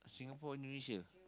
Singapore Indonesia